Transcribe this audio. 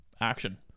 action